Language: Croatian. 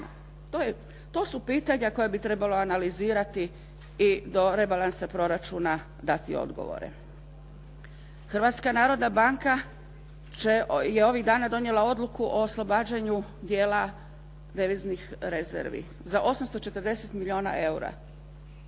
To su pitanja koja bi trebalo analizirati i do rebalansa proračuna dati odgovore. Hrvatska narodna banka je ovih dana donijela odluku o oslobađanju dijela deviznih rezervi za 840 milijuna eura.